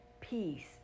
peace